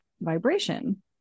vibration